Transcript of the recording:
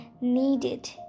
needed